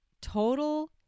total